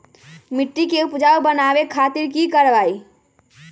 मिट्टी के उपजाऊ बनावे खातिर की करवाई?